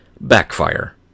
backfire